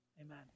Amen